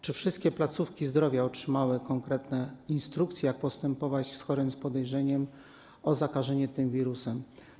Czy wszystkie placówki zdrowia otrzymały konkretne instrukcje, jak postępować z chorym z podejrzeniem o zakażenie tym wirusem?